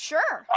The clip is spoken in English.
Sure